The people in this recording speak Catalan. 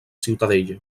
ciutadella